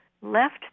left